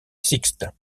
sixte